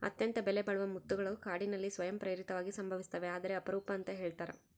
ಅತ್ಯಂತ ಬೆಲೆಬಾಳುವ ಮುತ್ತುಗಳು ಕಾಡಿನಲ್ಲಿ ಸ್ವಯಂ ಪ್ರೇರಿತವಾಗಿ ಸಂಭವಿಸ್ತವೆ ಆದರೆ ಅಪರೂಪ ಅಂತ ಹೇಳ್ತರ